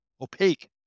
opaque